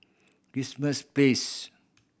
Kismis Place